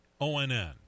ONN